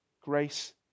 grace